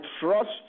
trust